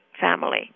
family